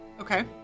Okay